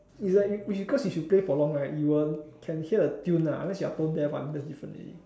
is like because if you play for long right you will can hear a tune lah unless you are tone deaf ah that's different already